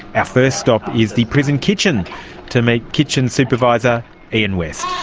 our first stop is the prison kitchen to meet kitchen supervisor ian west.